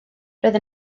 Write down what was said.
roedd